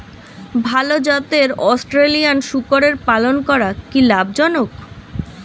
ভাল জাতের অস্ট্রেলিয়ান শূকরের পালন করা কী লাভ জনক?